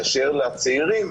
באשר לצעירים,